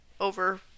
over